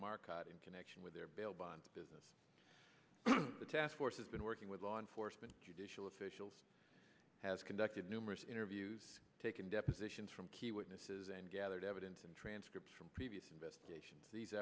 mark in connection with their bail bond business the task force has been working with law enforcement judicial officials has conducted numerous interviews taken depositions from key witnesses and gathered evidence and transcripts from previous investigations these